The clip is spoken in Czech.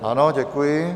Ano, děkuji.